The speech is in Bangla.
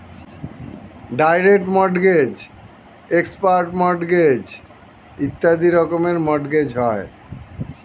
ডাইরেক্ট মর্টগেজ, এক্সপার্ট মর্টগেজ ইত্যাদি রকমের মর্টগেজ হয়